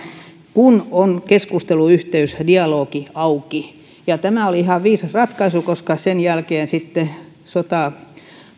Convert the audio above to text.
kun on keskusteluyhteys dialogi auki tämä oli ihan viisas ratkaisu koska sen jälkeen sitten sota